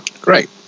great